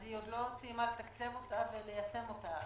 אז היא עוד לא סיימה לתקצב אותה וליישם אותה.